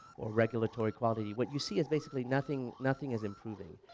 or regulatory quality what you see is basically nothing nothing is improving.